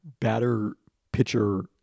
batter-pitcher